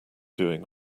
doing